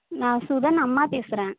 நான் சுதன் அம்மா பேசுகிறேன்